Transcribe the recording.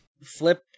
Flip